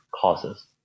causes